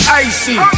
icy